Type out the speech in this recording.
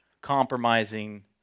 compromising